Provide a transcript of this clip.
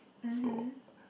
mmhmm